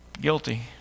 Guilty